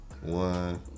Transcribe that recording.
One